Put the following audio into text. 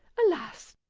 alas!